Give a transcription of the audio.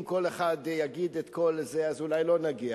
אם כל אחד יגיד את כל זה אז אולי לא נגיע,